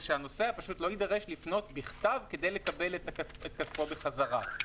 שהנוסע לא יידרש לפנות בכתב כדי לקבל את כספו בחזרה.